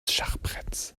schachbretts